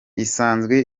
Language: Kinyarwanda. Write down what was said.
isanzwe